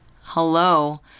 hello